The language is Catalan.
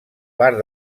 part